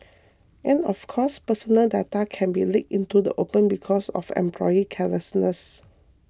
and of course personal data can be leaked into the open because of employee carelessness